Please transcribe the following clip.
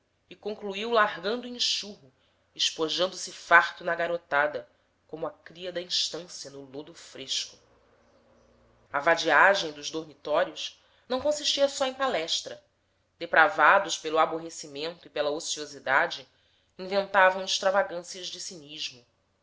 e concluiu largando o enxurro esponjando se farto na garotada como a cria da estância no lodo fresco a vadiagem dos dormitórios não consistia só em palestra depravados pelo aborrecimento e pela ociosidade inventavam extravagâncias de cinismo